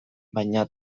baina